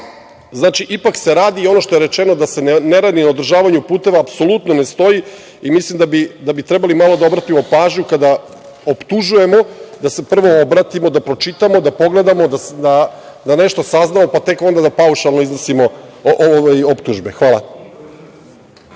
evra. Znači, ipak se radi i ono što je rečeno da se ne radi na održavanju puteva, apsolutno ne stoji i mislim da bi trebali malo da obratimo pažnju kada optužujemo, da se prvo obratimo, da pročitamo, da nešto saznamo pa tek onda da paušalno iznosimo optužbe. Hvala.